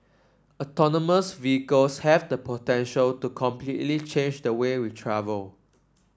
autonomous vehicles have the potential to completely change the way we travel